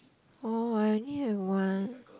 orh I only have one